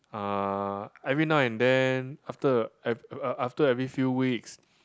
uh every now and then after after every few weeks